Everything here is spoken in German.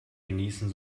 genießen